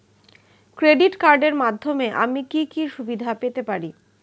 Credit কার্ডের মাধ্যমে আমি কি কি সুবিধা পেতে পারি?